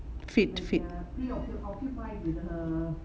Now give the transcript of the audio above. fit fit